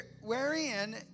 wherein